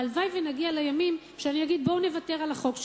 הלוואי שנגיע לימים שאני אגיד: בואו נוותר על החוק שלי,